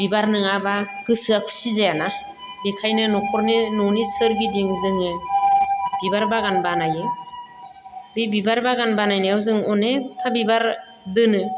बिबार नङाब्ला गोसोआ खुसि जायाना बेखायनो नख'रनि न'नि सोरगिदि जोङो बिबार बागान बानायो बे बिबार बागान बानायनायाव जों अनेखथा बिबार दोनो